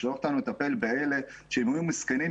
שולח אותנו לטפל באלה שאם הם היו מסכנים,